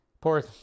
poor